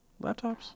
Laptops